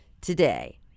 today